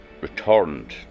returned